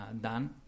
done